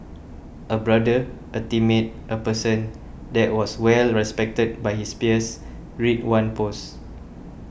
a brother a teammate a person that was well respected by his peers read one post